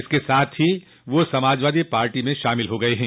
इसके साथ ही वह समाजवादी पार्टी में शामिल हो गये हैं